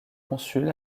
consul